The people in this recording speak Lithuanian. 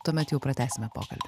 tuomet jau pratęsime pokalbį